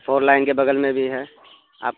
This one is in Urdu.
فور لائن کے بگل میں بھی ہے آپ